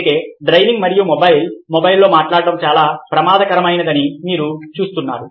అందుకే డ్రైవింగ్ మరియు మొబైల్ మొబైల్లో మాట్లాడటం చాలా ప్రమాదకరమని మీరు చూస్తున్నారు